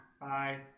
Bye